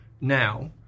now